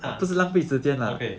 ah okay